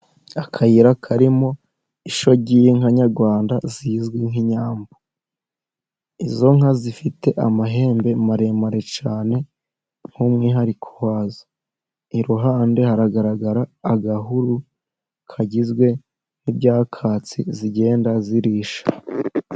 Akayira karimo ishyo ry'inka nyarwanda zizwi nk'inyambo. Izo nka zifite amahembe maremare cyane, nk'umwihariko wazo. Iruhande haragaragara agahuru kagizwe n'ibyakatsi zigenda zirisha.